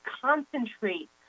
concentrate